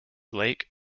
lake